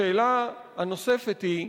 השאלה הנוספת היא: